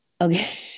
Okay